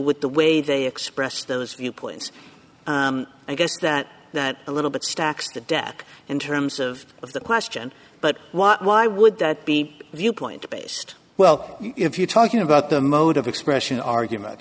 with the way they express those points i guess that that a little bit stacks the deck in terms of of the question but why would that be viewpoint based well if you're talking about the mode of expression argument